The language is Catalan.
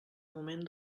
moment